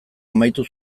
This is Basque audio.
amaitu